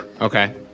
okay